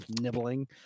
nibbling